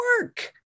work